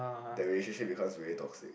the relationship becomes very toxic